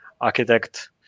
architect